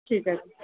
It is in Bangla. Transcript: ঠিক আছে